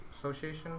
Association